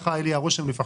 כך היה לי הרושם ממיכל,